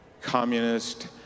communist